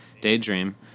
daydream